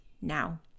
now